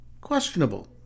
questionable